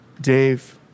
Dave